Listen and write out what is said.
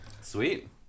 Sweet